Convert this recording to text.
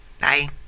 Bye